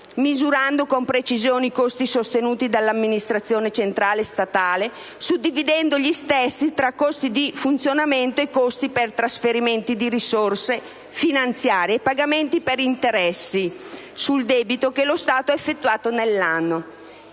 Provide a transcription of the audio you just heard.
misurando con precisione i costi sostenuti dall'amministrazione centrale statale, suddividendo gli stessi tra costi di funzionamento e costi per trasferimenti di risorse finanziarie e pagamenti per interessi sul debito che lo Stato ha effettuato nell'anno.